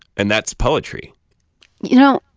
and that's poetry you know,